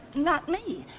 not me!